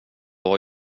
har